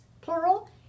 plural